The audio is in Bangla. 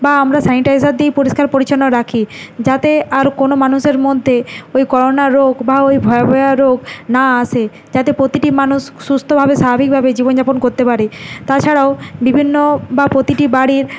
বা আমরা স্যানিটাইজার দিয়েই পরিষ্কার পরিচ্ছন্ন রাখি যাতে আর কোনো মানুষের মধ্যে ওই করোনা রোগ বা ওই ভয়াবয়া রোগ না আসে যাতে প্রতিটি মানুষ সুস্থভাবে স্বাভাবিকভাবে জীবনযাপন করতে পারে তাছাড়াও বিভিন্ন বা প্রতিটি বাড়ির